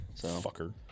Fucker